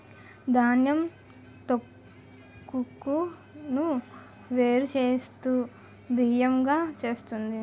ధాన్యం తొక్కును వేరు చేస్తూ బియ్యం గా చేస్తుంది